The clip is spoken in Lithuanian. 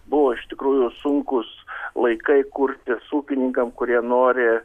buvo iš tikrųjų sunkūs laikai kurtis ūkininkam kurie nori